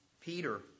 Peter